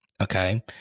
Okay